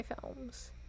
films